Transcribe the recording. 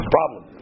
problem